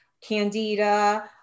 candida